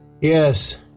Yes